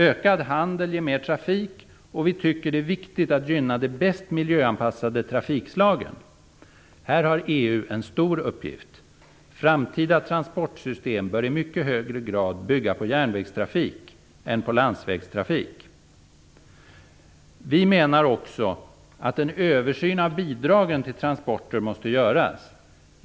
Ökad handel ger mer trafik, och vi tycker att det är viktigt att gynna de bäst miljöanpassade trafikslagen. Här har EU en stor uppgift. Framtida transportsystem bör i mycket högre grad bygga på järnvägstrafik än på landsvägstrafik. Vi menar också att en översyn av bidragen till transporter måste göras.